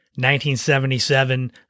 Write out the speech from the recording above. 1977